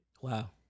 Wow